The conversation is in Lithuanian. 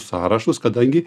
sąrašus kadangi